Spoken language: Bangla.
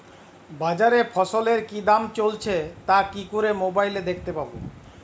বাজারে ফসলের কি দাম চলছে তা কি করে মোবাইলে দেখতে পাবো?